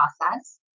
process